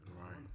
right